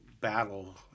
battle